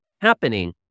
happening